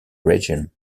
region